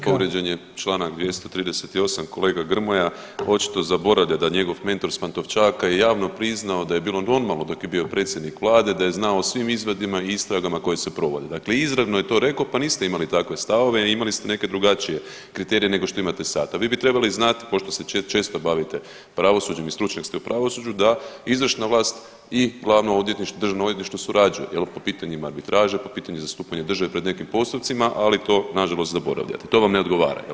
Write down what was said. Povrijeđen je čl. 238., kolega Grmoja očito zaboravlja da njegov mentor s Pantovčaka je javno priznao da je bilo normalno dok je bio predsjednik vlade da je znao o svim izvidima i istragama koje se provode, dakle izravno je to rekao, pa niste imali takve stavove, imali ste neke drugačije kriterije nego što imate sad, a vi bi trebali znat pošto se često bavite pravosuđem i stručnjak ste u pravosuđu da izvršna vlast i glavno državno odvjetništvo surađuju jel po pitanjima arbitraže, po pitanju zastupanja države pred nekim postupcima, ali to nažalost zaboravljate, to vam ne odgovara jel.